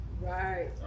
Right